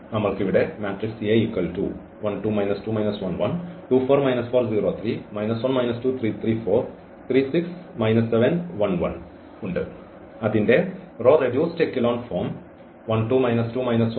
നമ്മൾക്ക് ഇവിടെ ഈ എ ഉണ്ട് അതിന്റെ റോ റെഡ്യൂസ്ഡ് എക്കലൻ രൂപം നമുക്ക് ഉണ്ട്